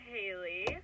Haley